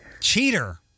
Cheater